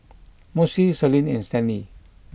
Mossie Selene and Stanley